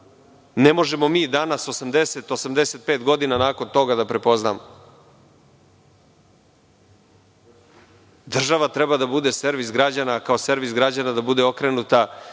ne možemo mi danas 80-85 godina nakon toga da prepoznamo? Država treba da bude servis građana, kao servis građana da bude okrenuta